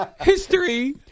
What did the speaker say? History